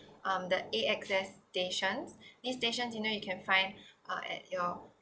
um the A_X_S stations this station you can find are at your